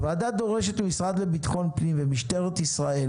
הוועדה דורשת מהמשרד לביטחון הפנים ומשטרת ישראל